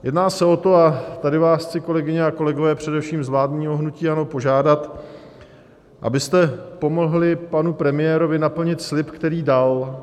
Jedná se o to, a tady vás chci, kolegyně a kolegové především z vládního hnutí ANO, požádat, abyste pomohli panu premiérovi naplnit slib, který dal.